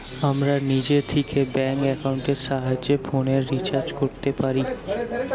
আমরা নিজে থিকে ব্যাঙ্ক একাউন্টের সাহায্যে ফোনের রিচার্জ কোরতে পারি